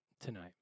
tonight